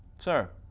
sir.